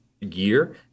year